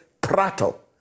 prattle